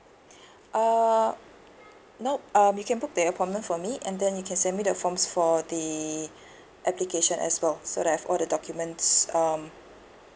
uh nope uh you can book the appointment for me and then you can send me the forms for the application as well so that I have all the documents um